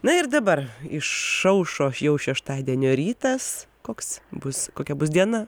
na ir dabar išaušo jau šeštadienio rytas koks bus kokia bus diena